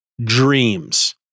dreams